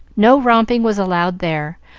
no romping was allowed there,